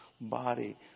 body